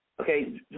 Okay